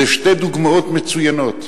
אלה שתי דוגמאות מצוינות,